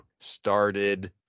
started